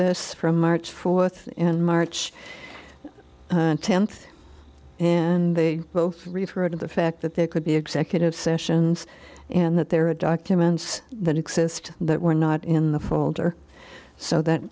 this from march fourth in march tenth and they both referred to the fact that they could be executive sessions and that there are documents that exist that were not in the folder so that